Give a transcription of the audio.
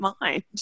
mind